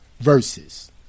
Verses